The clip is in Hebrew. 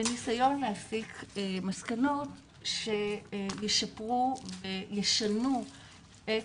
בניסיון להסיק מסקנות שישפרו וישנו את